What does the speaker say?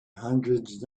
hundred